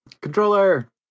Controller